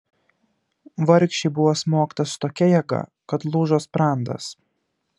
vargšei buvo smogta su tokia jėga kad lūžo sprandas